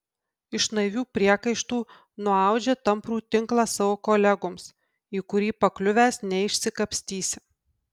iš naivių priekaištų nuaudžia tamprų tinklą savo kolegoms į kurį pakliuvęs neišsikapstysi